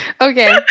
Okay